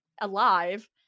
alive